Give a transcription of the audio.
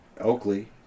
Oakley